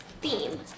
theme